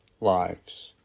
lives